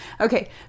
Okay